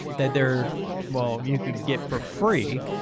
that they're well, you can get for free.